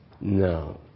No